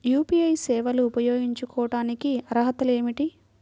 UPI సేవలు ఉపయోగించుకోటానికి అర్హతలు ఏమిటీ?